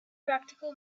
practical